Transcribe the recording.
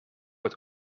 het